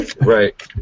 Right